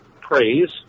praise